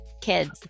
kids 。